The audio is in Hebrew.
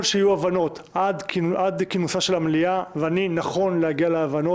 שיהיו הבנות עד כינוסה של המליאה ואני נכון להגיע להבנות